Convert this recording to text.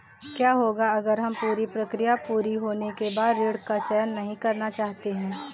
क्या होगा अगर हम पूरी प्रक्रिया पूरी होने के बाद ऋण का चयन नहीं करना चाहते हैं?